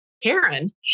Karen